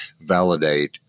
validate